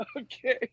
okay